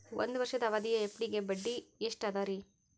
ಒಂದ್ ವರ್ಷದ ಅವಧಿಯ ಎಫ್.ಡಿ ಗೆ ಬಡ್ಡಿ ಎಷ್ಟ ಅದ ರೇ?